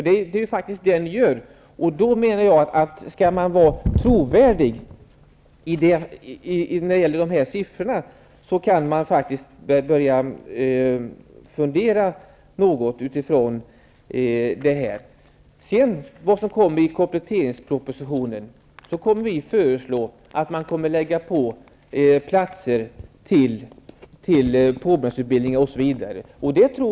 Det är ju faktiskt vad ni föreslår. Vill ni vara trovärdiga när det gäller de här siffrorna, kan ni faktiskt börja fundera något utifrån detta. I kompletteringspropositionen kommer vi sedan att föreslå bl.a. en utökning av antalet platser inom påbyggnadsutbildningen.